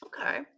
Okay